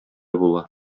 була